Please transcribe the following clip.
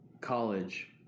college